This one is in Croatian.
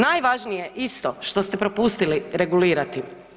Najvažnije isto što ste propustili regulirati.